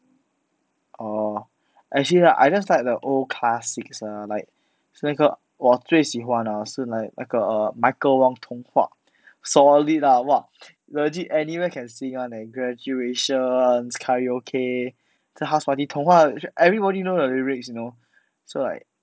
oh actually right I just like the old classics lah like 那个我最喜欢啊是 like 那个 michael wong 童话 solid lah what legit anywhere can sang one leh graudation karaoke 还是 house party 童话 everybody know the lyric you know so like